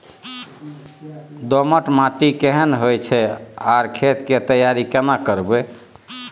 दोमट माटी केहन होय छै आर खेत के तैयारी केना करबै?